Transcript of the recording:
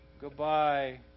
Goodbye